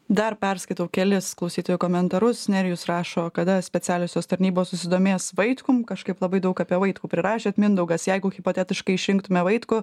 dar perskaitau kelis klausytojų komentarus nerijus rašo kada specialiosios tarnybos susidomės vaitkum kažkaip labai daug apie vaitkų prirašėt mindaugas jeigu hipotetiškai išrinktume vaitkų